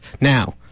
Now